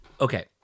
Okay